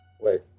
Wait